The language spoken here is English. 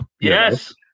yes